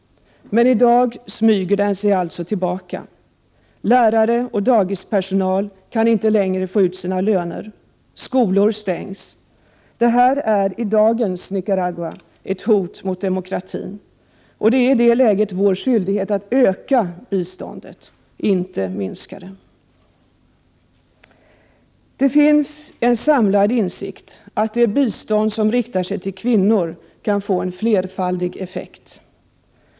Men i dag smyger den sig tillbaka. Lärare och dagispersonal kan inte längre få ut sina löner. Skolor stängs. Det här är i dagens Nicaragua ett hot mot demokratin och i detta läge är det vår skyldighet att öka biståndet — inte minska det. Det finns en samlad insikt om att det bistånd som riktar sig till kvinnor kan få en flerfaldig effekt.